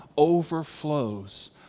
overflows